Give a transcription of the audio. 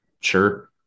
sure